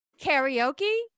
Karaoke